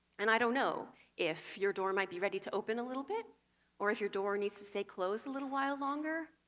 and i don't know if your door might be ready to open a little bit or if your door needs to stay closed a little while longer,